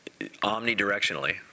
omnidirectionally